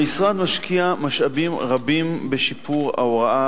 המשרד משקיע משאבים רבים בשיפור ההוראה